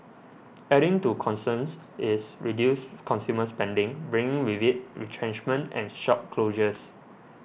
adding to concerns is reduced consumer spending bringing with it retrenchments and shop closures